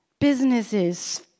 businesses